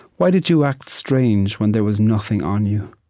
why did you act strange when there was nothing on you?